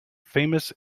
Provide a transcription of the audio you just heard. famous